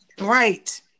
Right